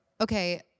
okay